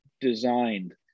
designed